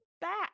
back